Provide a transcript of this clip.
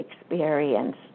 experience